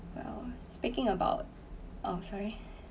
well speaking about oh sorry